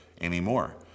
anymore